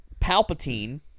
Palpatine